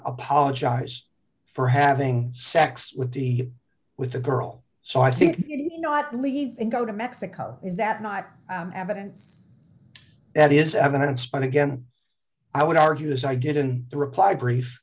apologized for having sex with the with the girl so i think not leave and go to mexico is that not evidence that is evidence but again i would argue this i didn't reply brief